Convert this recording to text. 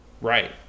Right